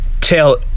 tell